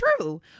true